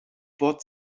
wort